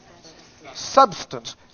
substance